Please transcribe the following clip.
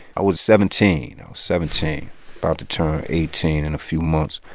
i was seventeen seventeen about to turn eighteen in a few months.